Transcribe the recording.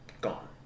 Gone